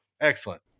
excellent